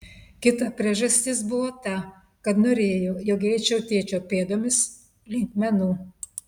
kita priežastis buvo ta kad norėjo jog eičiau tėčio pėdomis link menų